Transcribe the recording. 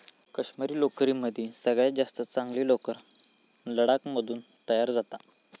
काश्मिरी लोकरीमदी सगळ्यात जास्त चांगली लोकर लडाख मधून तयार जाता